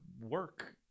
work